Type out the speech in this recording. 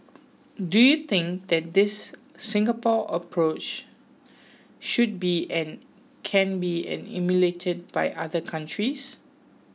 do you think that this Singapore approach should be and can be emulated by other countries